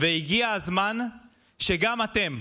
והגיע הזמן שגם אתם,